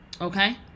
Okay